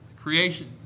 creation